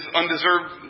undeserved